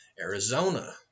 Arizona